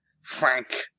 Frank